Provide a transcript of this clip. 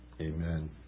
amen